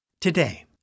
Today